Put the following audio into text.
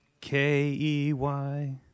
K-E-Y